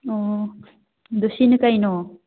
ꯑꯣ ꯑꯗꯣ ꯁꯤꯅ ꯀꯩꯅꯣ